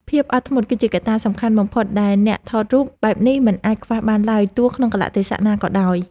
ភាពអត់ធ្មត់គឺជាកត្តាសំខាន់បំផុតដែលអ្នកថតរូបបែបនេះមិនអាចខ្វះបានឡើយទោះក្នុងកាលៈទេសៈណាក៏ដោយ។